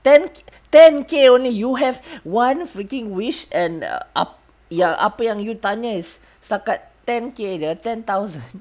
ten ten K only you have one freaking wish and err ap~ ya apa yang kamu tanya is setakat ten K jer ten thousand